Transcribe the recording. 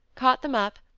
caught them up,